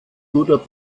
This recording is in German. guter